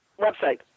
website